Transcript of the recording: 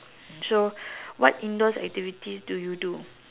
so what indoors activities do you do